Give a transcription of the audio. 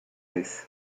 price